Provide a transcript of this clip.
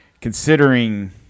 Considering